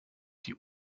die